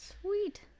sweet